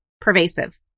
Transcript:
pervasive